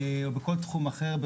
וכמו בכל בתחום אחר,